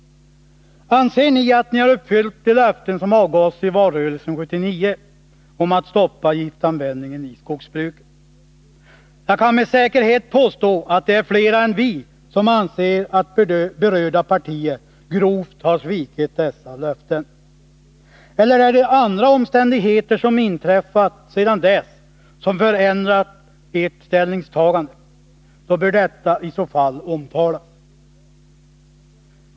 Anser ni att ni nu har uppfyllt de löften som avgavs i valrörelsen 1979 om att stoppa giftanvändningen i skogsbruket? Jag kan med säkerhet påstå att det är fler än vi som anser att berörda partier grovt har svikit dessa löften. Eller är det andra omständigheter som inträffat sedan dess, som förändrat ert ställningstagande? Då bör detta i så fall omtalas.